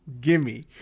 Gimme